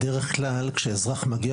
בדרך כלל כאשר האזרח מגיע